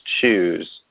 choose